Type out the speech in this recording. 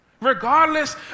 regardless